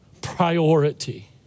priority